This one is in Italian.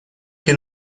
che